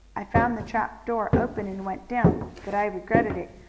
i found the trap-door open and went down, but i regretted it,